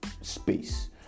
space